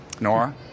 Nora